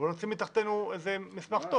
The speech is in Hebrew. ונוציא מתחת ידינו מסמך טוב.